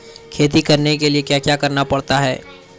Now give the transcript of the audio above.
खेती करने के लिए क्या क्या करना पड़ता है?